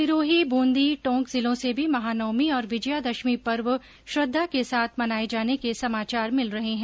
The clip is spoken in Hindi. सिरोही बूंदी टोंक जिलों से भी महानवमी और विजयादशमी पर्व श्रद्वा के साथ मनाए जाने के समाचार मिल रहे है